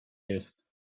jest